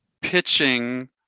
pitching